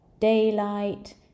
daylight